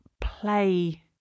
play